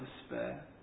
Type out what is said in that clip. despair